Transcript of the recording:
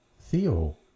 Theo